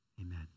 Amen